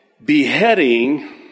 Beheading